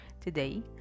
Today